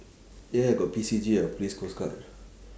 ya ya got P_C_G ah police coast guard